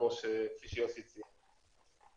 כפי שיוסי ציין.